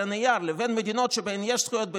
הנייר לבין מדינות שבהן יש זכויות בפועל,